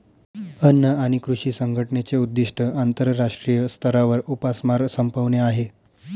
अन्न आणि कृषी संघटनेचे उद्दिष्ट आंतरराष्ट्रीय स्तरावर उपासमार संपवणे आहे